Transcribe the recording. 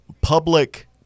public